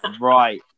right